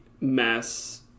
mass